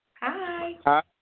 hi